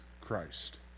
Christ